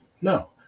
No